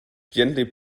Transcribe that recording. gently